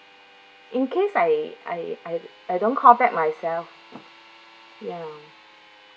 in case I I I I don't call back myself ya